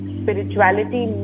spirituality